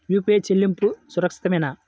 UPI చెల్లింపు సురక్షితమేనా?